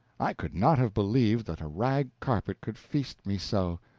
i could not have believed that a rag carpet could feast me so,